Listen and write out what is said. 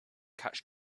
catch